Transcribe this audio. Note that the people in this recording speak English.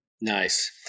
Nice